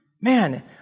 Man